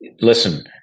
Listen